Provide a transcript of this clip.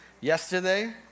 yesterday